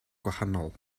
gwahanol